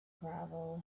gravel